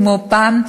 כמו פעם.